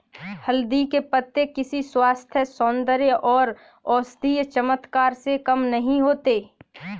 हल्दी के पत्ते किसी स्वास्थ्य, सौंदर्य और औषधीय चमत्कार से कम नहीं होते